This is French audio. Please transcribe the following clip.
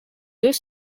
deux